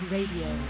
Radio